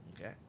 Okay